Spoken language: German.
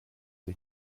ich